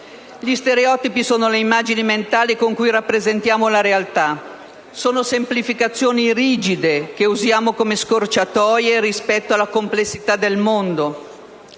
Gli stereotipi sono le immagini mentali con cui rappresentiamo la realtà. Sono semplificazioni rigide che usiamo come scorciatoie rispetto alla complessità del mondo.